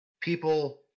people